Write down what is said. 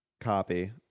copy